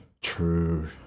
True